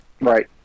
Right